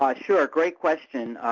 ah sure. great question,